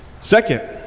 Second